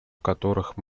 которых